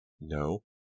No